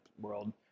world